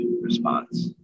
response